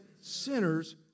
sinners